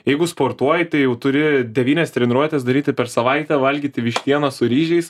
jeigu sportuoji tai jau turi devynias treniruotes daryti per savaitę valgyti vištieną su ryžiais